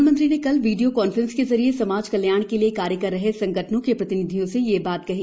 प्रधानमंत्री ने कल वीडियो कांफ्रेंस के जरिये समाज कल्याण के लिए कार्य कर रहे संगठनों को प्रतिनिधियों से यह बात कही